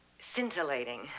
scintillating